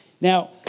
Now